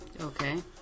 Okay